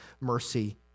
mercy